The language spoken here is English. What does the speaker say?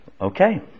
Okay